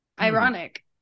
Ironic